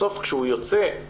בסוף כשהוא יוצא,